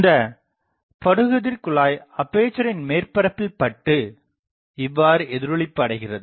இந்தப் படுகதிர் குழாய் அப்பேசரின் மேற்பரப்பில் பட்டு இவ்வாறு எதிரொளிப்பு அடைகிறது